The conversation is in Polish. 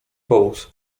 powóz